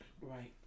Right